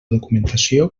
documentació